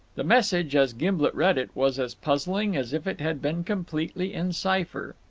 the message, as gimblet read it, was as puzzling as if it had been completely in cipher.